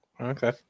Okay